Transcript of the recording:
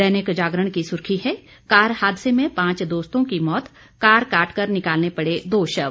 दैनिक जागरण की सुर्खी है कार हादसे में पांच दोस्तों की मौत कार काटकर निकालने पड़े दो शव